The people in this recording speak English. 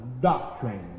doctrine